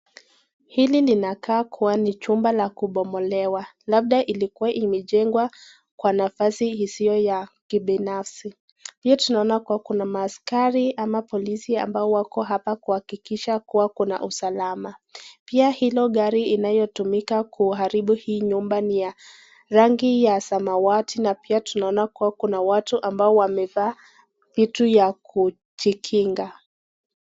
Hili linakaa kuwa ni chumba la kubomolewa. Labda ilikuwa imejengwa kwa nafasi isiyo ya kibinafsi. Pia tunaona kuwa kuna maskaria ama polisi ambao wako hhapa kuhakikisha kwamba kuna usalama. Pia hilo gari inayotumika kuharibu hii nyumba ni ya rangi ya samawati na pia tunaona kuwa kuna watu ambao wamevaa kitu ya kujikinga.